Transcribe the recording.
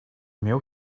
male